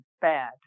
bad